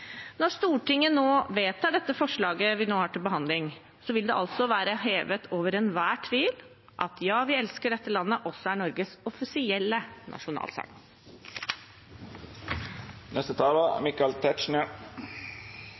når Stortinget nå vedtar dette forslaget vi har til behandling, vil det være hevet over enhver tvil at «Ja, vi elsker dette landet» er Norges offisielle